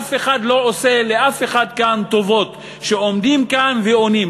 אף אחד לא עושה לאף אחד כאן טובות שעומדים כאן ועונים.